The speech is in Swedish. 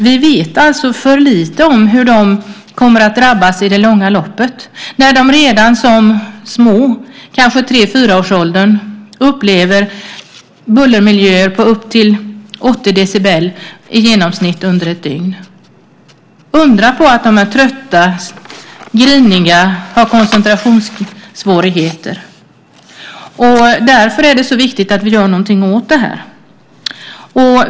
Vi vet för lite om hur de kommer att drabbas i det långa loppet, när de redan som små, kanske i tre-fyraårsåldern, upplever bullermiljöer på upp till 80 decibel i genomsnitt under ett dygn. Undra på att de är trötta, griniga och har koncentrationssvårigheter. Därför är det så viktigt att vi gör något åt det.